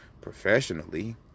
professionally